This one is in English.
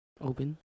Open